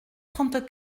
trente